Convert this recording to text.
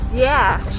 yeah,